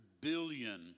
billion